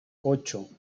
ocho